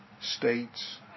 states